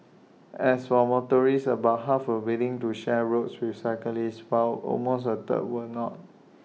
as for motorists about half were willing to share roads with cyclists while almost A third were not